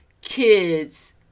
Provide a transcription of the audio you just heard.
kids